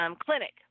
clinic